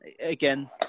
Again